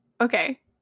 Okay